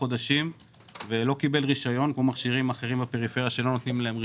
חודשים ולא קיבל רשיון כמו מכשירים אחרים בפריפריה שלא נותנים להם רשיון.